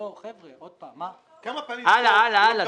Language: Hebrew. הלאה, הלאה.